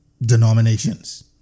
denominations